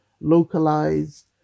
localized